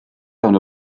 fewn